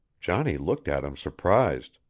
johnny looked at him surprised,